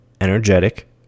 Energetic